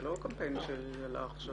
זה לא קמפיין שעלה עכשיו.